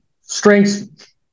strengths